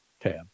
tab